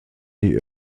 die